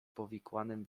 powikłanym